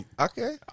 okay